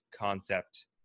concept